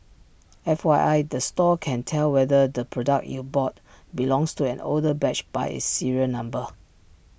F Y I the store can tell whether the product you bought belongs to an older batch by its serial number